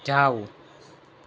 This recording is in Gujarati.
જાવ